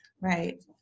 Right